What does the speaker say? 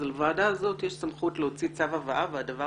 לוועדה הזאת יש סמכות להוציא צו הבאה והדבר